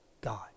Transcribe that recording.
God